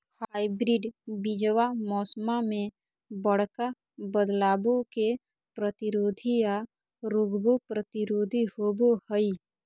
hybrid बीजावा मौसम्मा मे बडका बदलाबो के प्रतिरोधी आ रोगबो प्रतिरोधी होबो हई